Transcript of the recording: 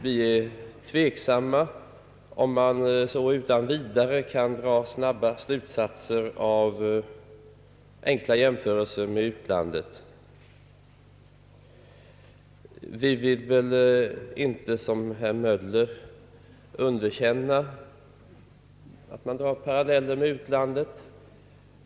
Vi är tveksamma om man utan vidare kan dra snabba slutsatser av enkla jämförelser med utlandet. Vi vill dock inte som herr Möller underkänna att man drar paralleller med utlandet.